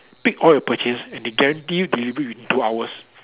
pick all your purchases and they guarantee you delivery within two hours